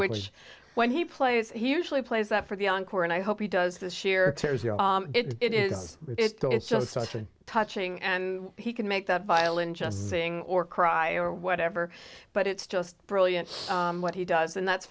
which when he plays he usually plays that for the encore and i hope he does this year it is it's just such a touching and he can make that violin just sing or cry or whatever but it's just brilliant what he does and that's